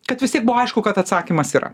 kad vis tiek buvo aišku kad atsakymas yra